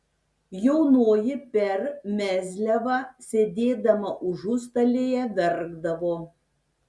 jaunoji per mezliavą sėdėdama užustalėje verkdavo